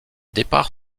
départ